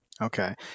Okay